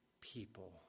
people